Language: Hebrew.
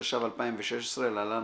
התשע"ו-2016 (להלן,